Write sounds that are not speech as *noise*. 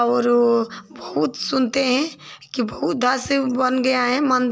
और बहुत सुनते हैं कि बहुत *unintelligible* बन गया है मन्दिर